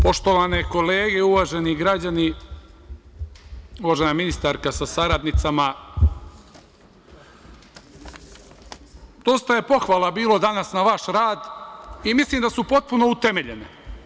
Poštovane kolege, uvaženi građani, uvažena ministarka sa saradnicama, dosta je pohvala bilo danas na vaš rad i mislim da su potpuno utemeljene.